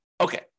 Okay